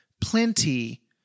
plenty